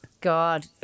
God